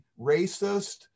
racist